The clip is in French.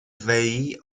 vieilli